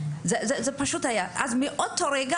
מאותו הרגע,